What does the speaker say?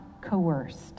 coerced